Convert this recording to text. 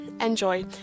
enjoy